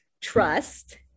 trust